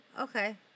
okay